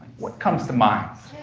what comes to mind?